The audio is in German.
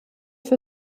für